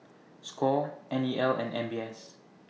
SCORE N E L and M B S